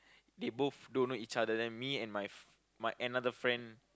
they both don't know each other then me and my f~ my another friend